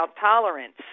tolerance